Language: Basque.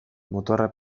motorra